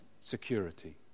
security